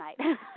tonight